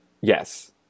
Yes